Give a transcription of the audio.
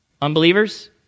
Unbelievers